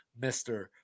Mr